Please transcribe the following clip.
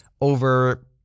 over